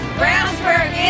brownsburg